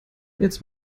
jetzt